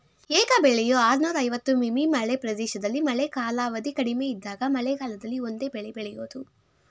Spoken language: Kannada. ಏಕ ಬೆಳೆಯು ಆರ್ನೂರ ಐವತ್ತು ಮಿ.ಮೀ ಮಳೆ ಪ್ರದೇಶದಲ್ಲಿ ಮಳೆ ಕಾಲಾವಧಿ ಕಡಿಮೆ ಇದ್ದಾಗ ಮಳೆಗಾಲದಲ್ಲಿ ಒಂದೇ ಬೆಳೆ ಬೆಳೆಯೋದು